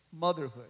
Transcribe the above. motherhood